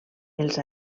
els